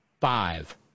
five